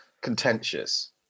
contentious